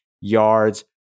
yards